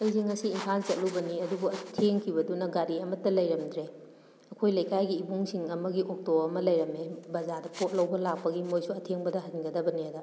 ꯑꯩꯁꯤ ꯉꯁꯤ ꯏꯝꯐꯥꯜ ꯆꯠꯂꯨꯕꯅꯤ ꯑꯗꯨꯕꯨ ꯊꯦꯡꯈꯤꯕꯗꯨꯅ ꯒꯥꯔꯤ ꯑꯃꯇ ꯂꯩꯔꯝꯗ꯭ꯔꯦ ꯑꯩꯈꯣꯏ ꯂꯩꯀꯥꯏ ꯏꯕꯨꯡꯁꯤꯡ ꯑꯃꯒꯤ ꯑꯣꯛꯇꯣ ꯑꯃ ꯂꯩꯔꯝꯃꯦ ꯕꯖꯥꯔꯗ ꯄꯣꯠ ꯂꯧꯕ ꯂꯥꯛꯄꯒꯤ ꯃꯣꯏꯁꯨ ꯑꯊꯦꯡꯕꯗ ꯍꯟꯒꯗꯕꯅꯦꯅ